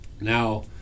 Now